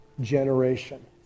generation